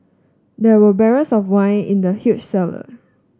there were barrels of wine in the huge cellar